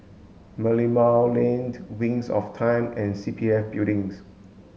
Merlimau Lane Wings of Time and C P F Buildings